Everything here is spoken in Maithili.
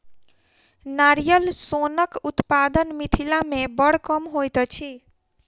नारियल सोनक उत्पादन मिथिला मे बड़ कम होइत अछि